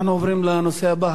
אנחנו עוברים לנושא הבא.